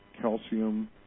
calcium